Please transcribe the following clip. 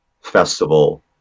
festival